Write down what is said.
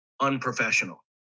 unprofessional